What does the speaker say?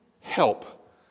Help